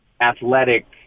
athletic